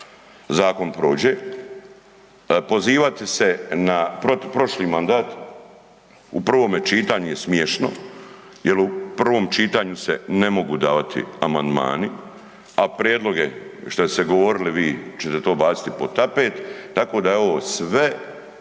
zakon prođe. Pozivati se na .../nerazumljivo/... prošli mandat u prvome čitanju je smiješno jer u prvom čitanju se ne mogu davati amandmani, a prijedlog je, što ste govorili vi, ćete to bacili pod tapet, tako da je ovo sve